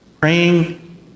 praying